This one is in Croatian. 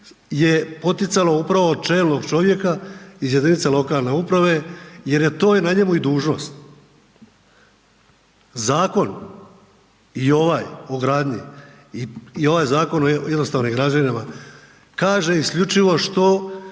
je poticalo upravo čelnog čovjeka iz jedinice lokalne uprave jer je to i na njemu i dužnosti. Zakon i onaj o gradnji i ovaj Zakon o jednostavnim građevinama kaže isključivo što